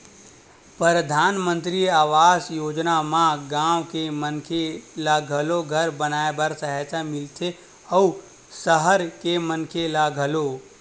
परधानमंतरी आवास योजना म गाँव के मनखे ल घलो घर बनाए बर सहायता मिलथे अउ सहर के मनखे ल घलो